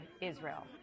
israel